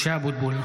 (קורא בשמות חברי הכנסת) משה אבוטבול,